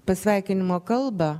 pasveikinimo kalbą